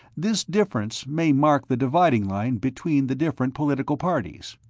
this difference may mark the dividing line between the different political parties.